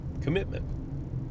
commitment